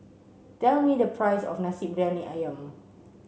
tell me the price of Nasi Briyani Ayam